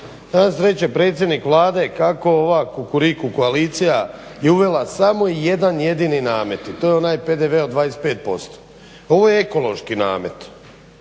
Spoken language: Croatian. Sva sreća predsjednik Vlade kako ova Kukuriku koalicija je uvela samo jedan jedini namet i to je onaj PDV od 25%. Ovo je ekološki namet,